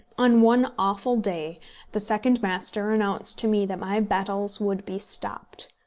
on one awful day the second master announced to me that my battels would be stopped.